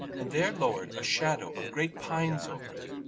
and there lowered a shadow of great pines over it.